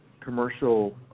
commercial